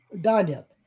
Daniel